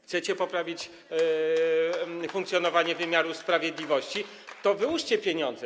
Chcecie poprawić funkcjonowanie wymiaru sprawiedliwości, to wyłóżcie pieniądze.